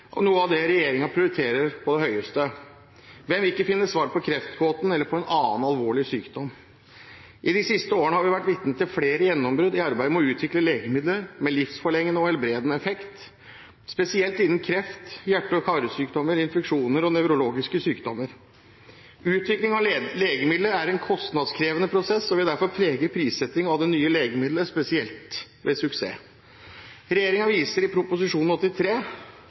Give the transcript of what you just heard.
det regjeringen prioriterer på det høyeste. Hvem vil ikke finne svaret på kreftgåten eller på en annen alvorlig sykdom? I de siste årene har vi vært vitne til flere gjennombrudd i arbeidet med å utvikle legemidler med livsforlengende og helbredende effekt, spesielt innen kreft, hjerte- og karsykdommer, infeksjoner og nevrologiske sykdommer. Utvikling av legemidler er en kostnadskrevende prosess og vil derfor prege prissettingen av det nye legemiddelet, spesielt ved suksess. Regjeringen viser i Prop. 83